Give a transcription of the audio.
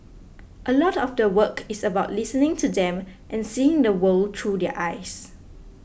a lot of the work is about listening to them and seeing the world through their eyes